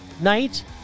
night